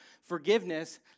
forgiveness